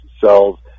cells